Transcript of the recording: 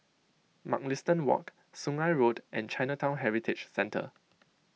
Mugliston Walk Sungei Road and Chinatown Heritage Centre